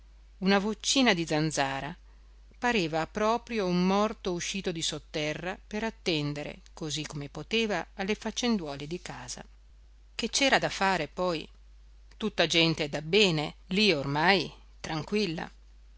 una vocina di zanzara pareva proprio un morto uscito di sotterra per attendere così come poteva alle faccenduole di casa che c'era da fare poi tutta gente dabbene lì ormai e tranquilla